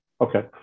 Okay